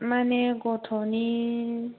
माने गथ'नि